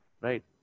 right